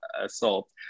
assault